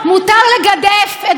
אבל לא סיימתי.